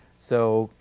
so,